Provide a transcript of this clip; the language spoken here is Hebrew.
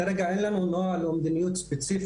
כרגע אין לנו נוהל או מדיניות ספציפית